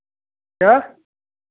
क्या